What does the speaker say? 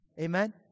Amen